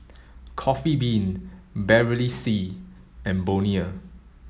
Coffee Bean Bevy C and Bonia